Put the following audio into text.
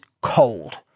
cold